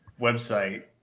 website